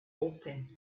open